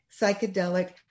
psychedelic